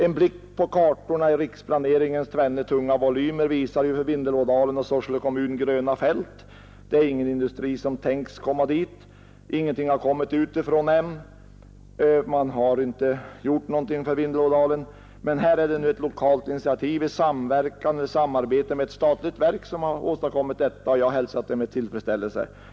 En blick på kartorna i riksplaneringens tvenne tunga volymer visar för Vindelådalen och Sorsele kommun gröna fält. Det är inga industrier som man tänkt skall komma dit. Man har inte gjort någonting utifrån för Vindelådalen efter riksdagsbeslutet mot utbyggnad. Men här är det nu ett lokalt initiativ i samarbete med ett statligt verk som har åstadkommit detta, och jag har hälsat det med tillfredsställelse.